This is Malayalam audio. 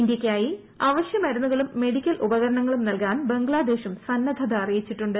ഇന്ത്യയ്ക്കായി അവശൃ മരുന്നുകളും മെഡിക്കൽ ഉപകരണങ്ങളും നൽകാൻ ബംഗ്ലാദ്ദേശും സന്നദ്ധത അറിയിച്ചിട്ടുണ്ട്